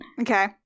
Okay